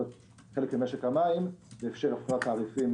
חלק ממשק המים ואפשר הפחתת תעריפים,